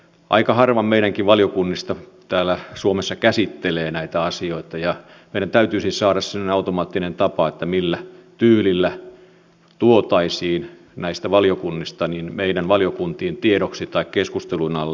aika harva meidänkin valiokunnistamme täällä suomessa käsittelee näitä asioita ja meidän täytyisi saada semmoinen automaattinen tapa millä tyylillä tuotaisiin näistä valiokunnista meidän valiokuntiimme tiedoksi tai keskustelun alle